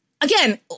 again